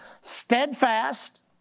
steadfast